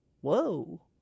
whoa